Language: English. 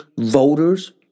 voters